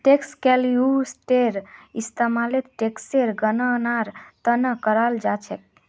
tax calculator इस्तेमाल टेक्सेर गणनार त न कराल जा छेक